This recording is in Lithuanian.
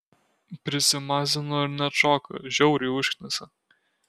prisimazino ir neatšoka žiauriai užknisa